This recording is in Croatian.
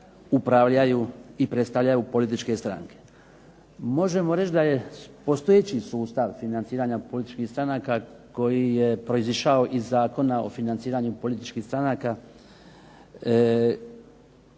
upravljaju i predstavljaju političke stranke. Možemo reći da je postojeći sustav financiranja političkih stranaka koji je proizašao iz Zakona o financiranju političkih stranaka,